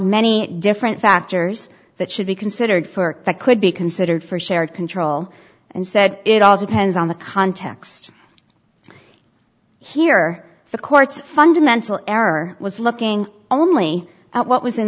many different factors that should be considered for the could be considered for shared control and said it all depends on the context here the court's fundamental error was looking only at what was in